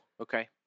Okay